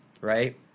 right